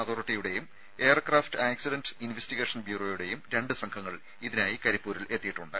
അതോറിറ്റിയുടെയും aircraft airport accident investigation ബ്യൂറോയുടെയും രണ്ട് സംഘങ്ങൾ ഇതിനായി കരിപ്പൂരിൽ എത്തിയിട്ടുണ്ട്